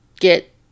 get